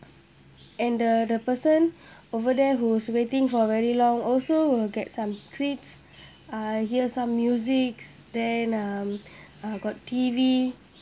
and the the person over there who's waiting for very long also will get some treats I hear some musics then um uh got T_V